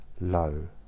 low